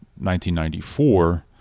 1994